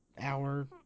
hour